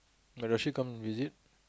but does she come visit